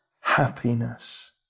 happiness